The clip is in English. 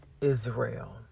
Israel